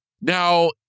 Now